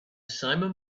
simum